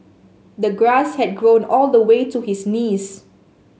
the grass had grown all the way to his knees